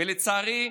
ולצערי,